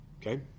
Okay